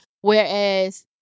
Whereas